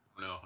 No